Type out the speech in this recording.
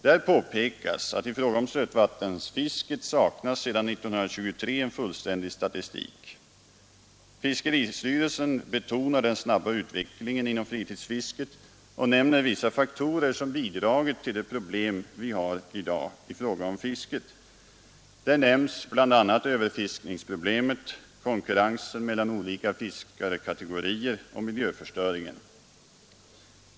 Där påpekas att i fråga om sötvattensfisket saknas sedan år 1923 en fullständig statistik. Fiskeristyrelsen betonar den snabba utvecklingen inom fritidsfisket och nämner vissa faktorer som bidragit till det problem vi har i dag i fråga om fisket. Där nämns bl.a. överfiskningsproblemet, konkurrensen mellan olika fiskarkategorier och miljöförstöringen.